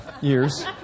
years